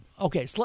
okay